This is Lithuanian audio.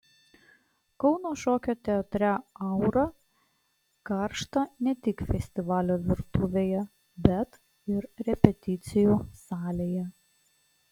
kauno šokio teatre aura karšta ne tik festivalio virtuvėje bet ir repeticijų salėje